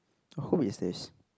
I hope it stays